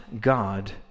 God